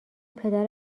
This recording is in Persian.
پدر